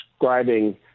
describing